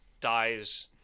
dies